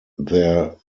their